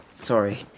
Sorry